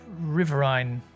riverine